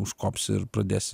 užkops ir pradės